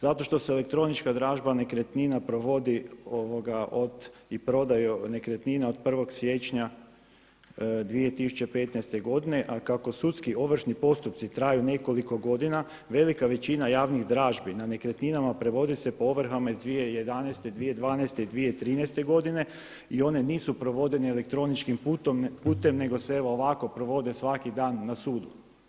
Zato što se elektronička dražba nekretnina provodi i prodaja nekretnina od 1. siječnja 2015. godine a kako sudski ovršni postupci traju nekoliko godina velika većina javnih dražbi na nekretninama prevodi se po ovrhama iz 2011., 2012. i 2013. godine i one nisu provođene elektroničkim putem nego se evo ovako provode svaki dan na sudu.